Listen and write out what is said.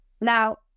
Now